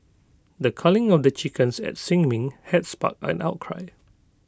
the culling of the chickens at sin Ming had sparked an outcry